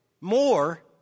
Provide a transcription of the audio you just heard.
more